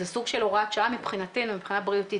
זה סוג של הוראת שעה מבחינתנו מבחינה בריאותית.